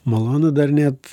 malonu dar net